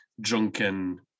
drunken